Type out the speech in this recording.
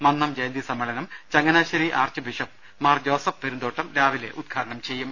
മന്നം ജയന്തി സമ്മേ ളനം Changanassery archbishop Mar Joseph Perumthottam രാവിലെ ഉദ്ഘാടനം ചെയ്യും